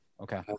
Okay